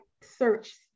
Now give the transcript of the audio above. search